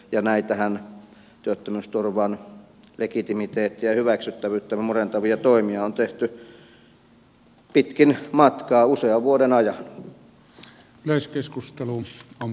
ja näitä työttömyysturvan legitimiteettiä hyväksyttävyyttä murentavia toimiahan on tehty pitkin matkaa usean vuoden ajan